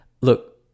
look